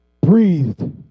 breathed